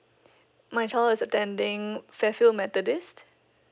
my child is attending fairfield methodist